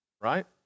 right